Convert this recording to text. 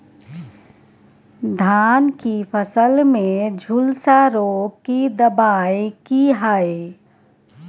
धान की फसल में झुलसा रोग की दबाय की हय?